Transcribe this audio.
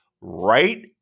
Right